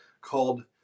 called